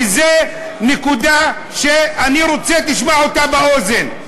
וזו נקודה שאני רוצה שתשמע אותה באוזן.